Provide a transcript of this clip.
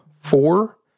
four